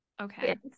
Okay